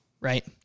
right